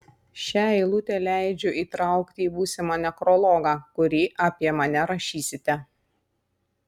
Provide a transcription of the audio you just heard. šią eilutę leidžiu įtraukti į būsimą nekrologą kurį apie mane rašysite